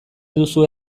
duzue